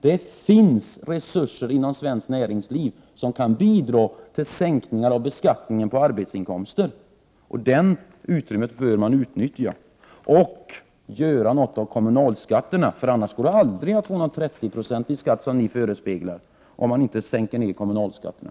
Det finns resurser inom svenskt näringsliv som kan bidra till sänkningar av beskattningen av arbetsinkomster. Det utrymmet bör man utnyttja. Man bör göra något åt kommunalskatterna. Det går aldrig att få någon 30-procentig skatt, som ni förespeglar, om man inte sänker kommunalskatterna.